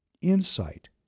insight